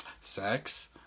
sex